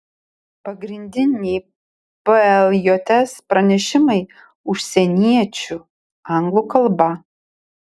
pagrindiniai pljs pranešimai užsieniečių anglų kalba